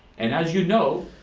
and as you know,